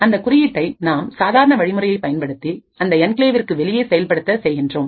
அந்த குறியீட்டை நாம் சாதாரண வழிமுறையை பயன்படுத்தி அந்த என்கிளேவிற்கு வெளியே செயல்படுத்த செய்கின்றோம்